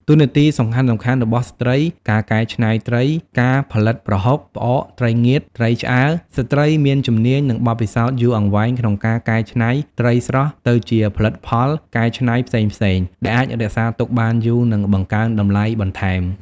តួនាទីសំខាន់ៗរបស់ស្ត្រីការកែច្នៃត្រីការផលិតប្រហុក ផ្អក ត្រីងៀត ត្រីឆ្អើរ: ស្ត្រីមានជំនាញ និងបទពិសោធន៍យូរអង្វែងក្នុងការកែច្នៃត្រីស្រស់ទៅជាផលិតផលកែច្នៃផ្សេងៗ ដែលអាចរក្សាទុកបានយូរ និងបង្កើនតម្លៃបន្ថែម។